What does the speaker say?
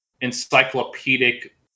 encyclopedic